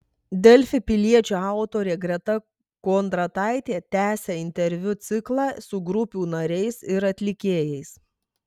delfi piliečio autorė greta kondrataitė tęsia interviu ciklą su grupių nariais ir atlikėjais